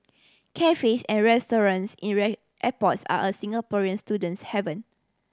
cafes and restaurants in airports are a Singaporean student's haven